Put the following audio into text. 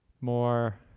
more